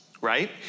right